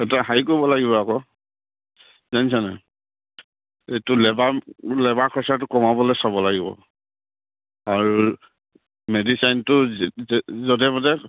এইটো হেৰি কৰিব লাগিব আকৌ জানিছনে এইটো লেবাৰ লেবাৰ খৰচাটো কমাবলে চাব লাগিব আৰু মেডিচাইনটো যধে মধে